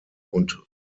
und